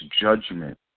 judgment